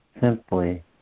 simply